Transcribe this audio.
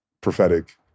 prophetic